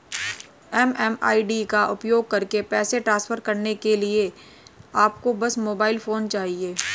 MMID का उपयोग करके पैसे ट्रांसफर करने के लिए आपको बस मोबाइल फोन चाहिए